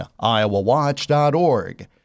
iowawatch.org